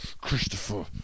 Christopher